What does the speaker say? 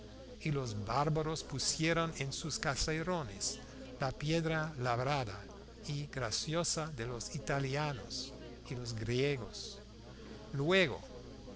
y los bárbaros pusieron en sus caserones la piedra labrada y graciosa de los italianos y los griegos luego